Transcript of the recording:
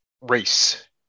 race